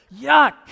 Yuck